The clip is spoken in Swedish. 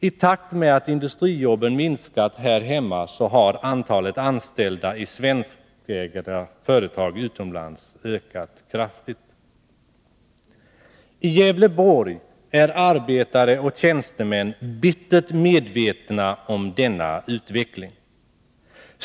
I takt med att industrijobben minskat här hemma har antalet anställda i svenskägda företag utomlands ökat kraftigt. I Gävleborg är arbetare och tjänstemän bittert medvetna om denna utveckling.